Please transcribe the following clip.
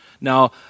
Now